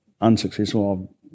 unsuccessful